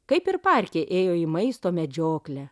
kaip ir parke ėjo į maisto medžioklę